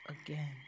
again